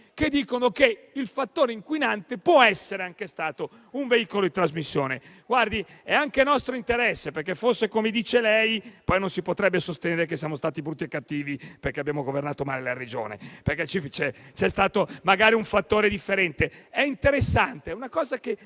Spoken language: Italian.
che dicono che il fattore inquinante può essere anche stato un veicolo di trasmissione. Guardi, è anche nostro interesse, perché, se fosse come dice lei, poi non si potrebbe sostenere che siamo stati brutti e cattivi e che abbiamo governato male la Regione, essendoci stato magari un fattore differente. È interessante, è una cosa che